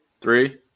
Three